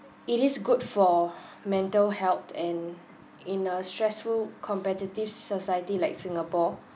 it is good for mental health and in a stressful competitive society like singapore